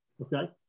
Okay